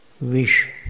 wish